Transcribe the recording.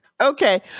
Okay